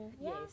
yes